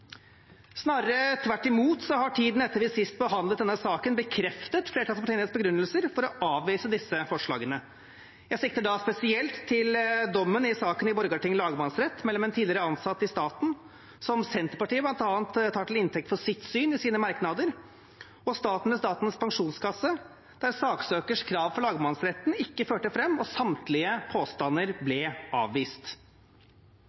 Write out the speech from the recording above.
Snarere tvert imot har tiden etter at vi sist behandlet denne saken, bekreftet flertallspartienes begrunnelser for å avvise disse forslagene. Jeg sikter da spesielt til dommen i saken i Borgarting lagmannsrett mellom en tidligere ansatt i staten, som Senterpartiet bl.a. tar til inntekt for sitt syn i sine merknader, og staten ved Statens pensjonskasse, der saksøkers krav for lagmannsretten ikke førte fram og samtlige påstander